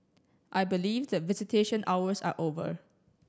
I believe that visitation hours are over